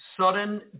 sudden